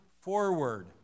forward